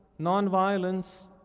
nonviolence,